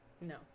No